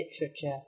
Literature